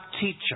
teacher